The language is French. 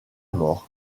mort